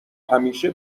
همیشه